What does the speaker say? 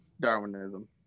Darwinism